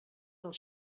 del